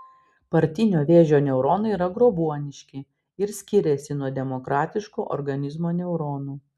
partinio vėžio neuronai yra grobuoniški ir skiriasi nuo demokratiško organizmo neuronų